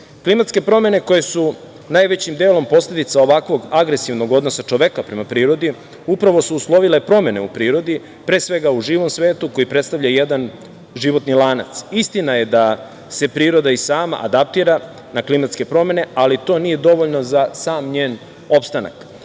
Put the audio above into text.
promene koje su najvećim delom posledica ovakvog agresivnog odnosa čoveka prema prirodi, upravo su uslovile promene u prirodi, pre svega, u živom svetu koji predstavlja jedan životni lanac. Istina je da se priroda i sama adaptira na klimatske promene, ali to nije dovoljno za sam njen opstanak. Čovek